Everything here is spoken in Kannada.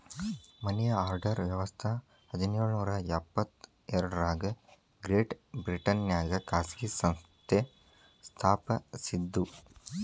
ಮನಿ ಆರ್ಡರ್ ವ್ಯವಸ್ಥ ಹದಿನೇಳು ನೂರ ಎಪ್ಪತ್ ಎರಡರಾಗ ಗ್ರೇಟ್ ಬ್ರಿಟನ್ನ್ಯಾಗ ಖಾಸಗಿ ಸಂಸ್ಥೆ ಸ್ಥಾಪಸಿದ್ದು